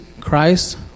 Christ